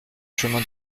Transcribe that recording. chemin